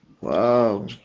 Wow